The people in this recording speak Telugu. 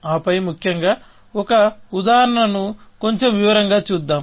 ఆపై ముఖ్యంగా ఒక ఉదాహరణను కొంచెం వివరంగా చూద్దాం